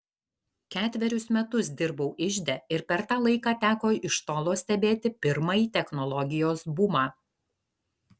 ketverius metus dirbau ižde ir per tą laiką teko iš tolo stebėti pirmąjį technologijos bumą